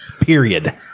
Period